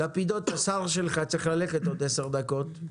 נתנאל לפידות, השר שלך צריך ללכת בעוד עשר דקות.